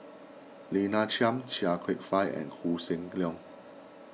Lina Chiam Chia Kwek Fah and Koh Seng Leong